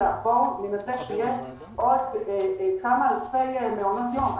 אלא בואו ננסה שיהיו עוד כמה אלפי מעונות יום.